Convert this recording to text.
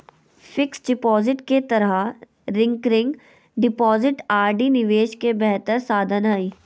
fixed deposit के तरह recurring deposit RD निवेश के बेहतर साधन हइ